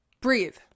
breathe